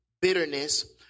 bitterness